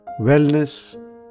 wellness